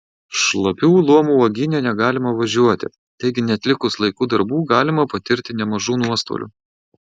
šlapių lomų uogyne negalima važiuoti taigi neatlikus laiku darbų galima patirti nemažų nuostolių